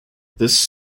this